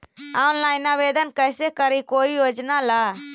Online आवेदन कैसे करी कोई योजना ला?